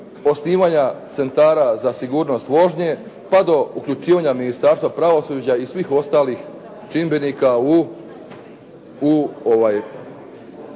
osnivanja centara za sigurnost vožnje pa do uključivanja Ministarstva pravosuđa i svih ostalih čimbenika u ovaj